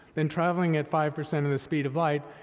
then traveling at five percent of the speed of light,